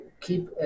keep